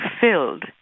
filled